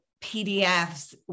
PDFs